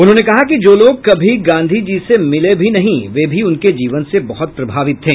उन्होंने कहा कि जो लोग कभी गांधीजी से मिले भी नहीं वे भी उनके जीवन से बहुत प्रभावित थे